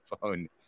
phone